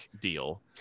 deal